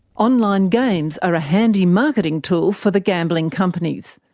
online games are a handy marketing tool for the gambling companies.